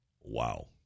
wow